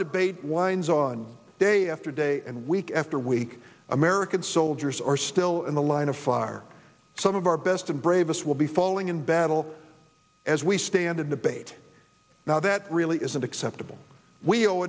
debate winds on day after day and week after week american soldiers are still in the line of fire some of our best and bravest will be falling in battle as we stand in the bait now that really isn't acceptable we owe